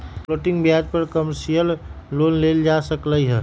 floating ब्याज पर commercial loan लेल जा सकलई ह